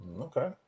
Okay